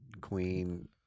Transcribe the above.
queen